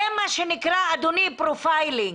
זה מה שנקרא, אדוני, פרופיילינג.